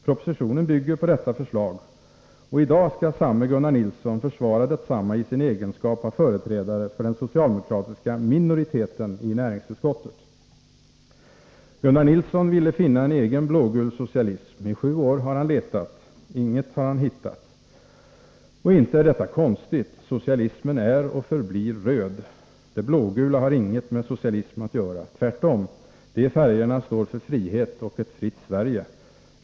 Propositionen bygger på detta förslag, och i dag skall samme Gunnar Nilsson försvara detsamma i sin egenskap av företrädare för den socialdemokratiska minoriteten i näringsutskottet. Gunnar Nilsson ville finna en egen blågul socialism. I sju år har han letat. Inget har han hittat. Och inte är detta konstigt. Socialismen är och förblir röd. Det blågula har intet med socialism att göra, tvärtom. De färgerna står för frihet och ett fritt Sverige.